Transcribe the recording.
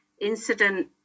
incident